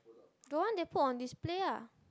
the one they put on display ah